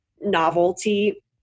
novelty